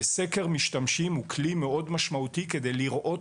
סקר משתמשים הוא כלי מאוד משמעותי כדי לראות